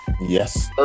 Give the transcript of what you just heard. Yes